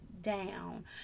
down